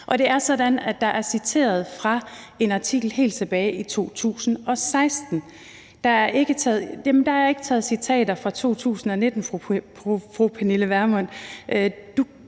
Og det er sådan, at der er citeret fra en artikel helt tilbage fra 2016. Der er ikke citater fra 2019, fru Pernille Vermund.